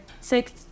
Six